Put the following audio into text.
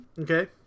Okay